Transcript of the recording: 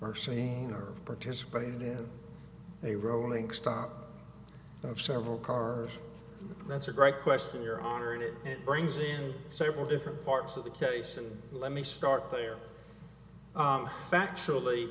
or seen or participated in a rolling stop of several cars that's a great question your honor and it brings in several different parts of the case and let me start there factually